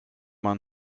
man